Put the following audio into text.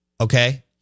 okay